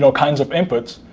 so kinds of inputs,